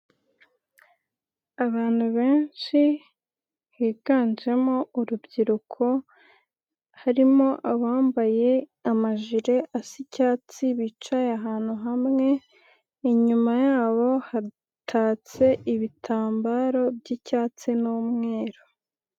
Abantu benshi higanjemo urubyiruko, harimo abambaye amajire asa icyatsi bicaye ahantu hamwe, inyuma yabo hatatse ibitambaro by'icyatsi n'umweru.